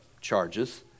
charges